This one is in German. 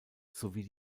sowie